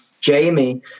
Jamie